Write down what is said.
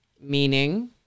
Meaning